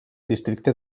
districte